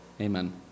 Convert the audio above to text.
Amen